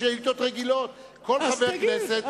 כל חבר כנסת,